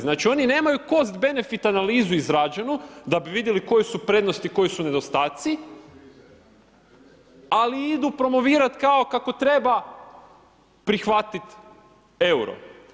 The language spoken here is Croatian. Znači oni nemaju Cost benefit analizu izrađenu da bi vidjeli koje su prednosti koji su nedostaci, ali idu promovirat kao kako treba prihvatit euro.